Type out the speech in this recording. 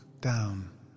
down